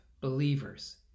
believers